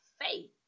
faith